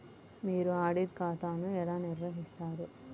మీరు ఆడిట్ ఖాతాను ఎలా నిర్వహిస్తారు?